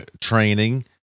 training